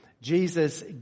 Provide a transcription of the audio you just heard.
Jesus